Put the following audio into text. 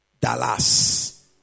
Dallas